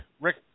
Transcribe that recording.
Rick